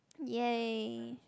ya